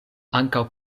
ankaŭ